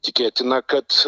tikėtina kad